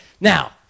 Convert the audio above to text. Now